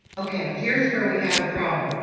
okay. here's where we have a problem.